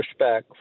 pushback